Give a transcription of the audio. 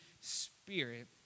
Spirit